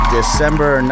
December